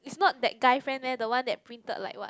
is not that guy friend meh the one that printed like what